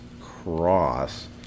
Cross